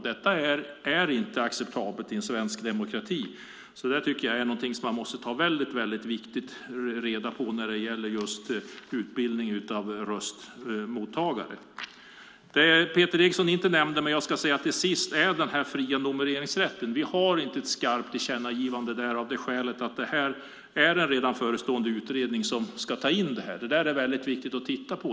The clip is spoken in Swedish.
Det är inte acceptabelt i vår svenska demokrati. Därför är frågan om utbildning av röstmottagare mycket viktig. Till sist vill jag nämna den fria nomineringsrätten. Här har vi inget skarpt tillkännagivande eftersom det föreligger en utredning. Det här är viktigt att titta på.